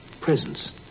presence